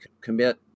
commit